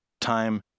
time